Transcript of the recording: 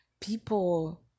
people